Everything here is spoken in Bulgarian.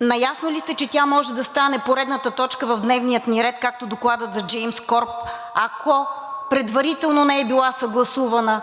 наясно ли сте, че тя може да стане поредната точка в дневния ни ред, както докладът за Gemcorp, ако предварително не е била съгласувана